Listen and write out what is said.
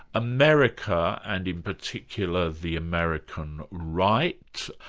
america, and in particular the american right,